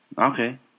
Okay